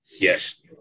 Yes